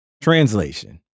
Translation